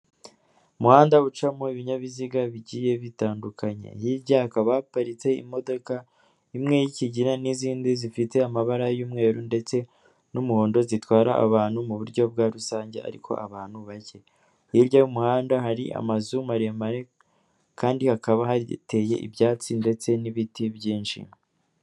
Umuhanda ucamo ibinyabiziga bigiye bitandukanye. Hirya hakaba haparitse imodoka imwe y'kigina n'izindi zifite amabara y'umweru ndetse n'umuhondo, zitwara abantu mu buryo bwa rusange ariko abantu bake. Hirya y'umuhanda hari amazu maremare kandi hakaba hateye ibyatsi ndetse n'ibiti byinshi.